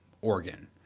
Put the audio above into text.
organ